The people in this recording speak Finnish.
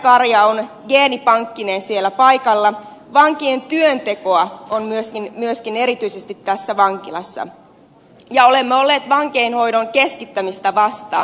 alkuperäiskarja on geenipankkeineen siellä paikalla vankien työntekoa on myöskin erityisesti tässä vankilassa ja olemme olleet vankeinhoidon keskittämistä vastaan